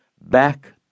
Back